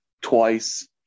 twice